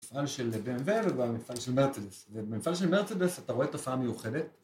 מפעל של BMW והמפעל של מרצדס. ובמפעל של מרצדס אתה רואה תופעה מיוחדת